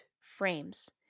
frames